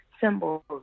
symbols